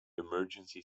emergency